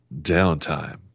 Downtime